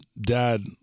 dad